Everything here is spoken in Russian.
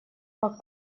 как